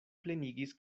plenigis